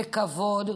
בכבוד,